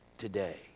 Today